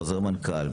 חוזר מנכ"ל,